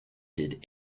did